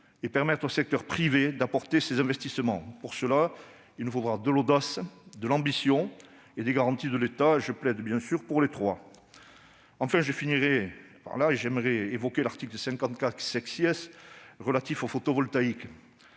et permettre au secteur privé d'apporter ses investissements. Pour cela, il nous faudra de l'audace, de l'ambition et des garanties de l'État : je plaide pour les trois. Enfin, j'aimerais évoquer l'article 54 relatif au photovoltaïque.